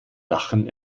lachen